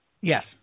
Yes